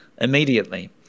immediately